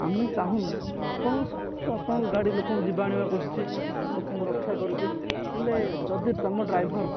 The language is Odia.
ଆମେ ଚାହୁଁନୁ ଆପଣଙ୍କ ସତ ଆପଣଙ୍କ ଗାଡ଼ି ଲୋକଙ୍କୁ ଯିବା ଆଣିବା କରୁଛି ଲୋକଙ୍କୁ ରକ୍ଷା କରୁଛି ହେଲେ ଯଦି ତମ ଡ୍ରାଇଭର